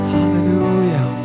Hallelujah